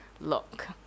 look